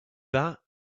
that